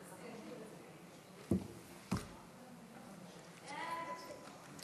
ההצעה להעביר את הצעת